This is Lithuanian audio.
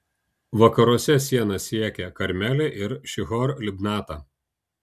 vakaruose siena siekė karmelį ir šihor libnatą